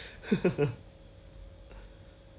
太强 liao !wah! 那个味道 orh